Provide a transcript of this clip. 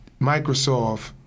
Microsoft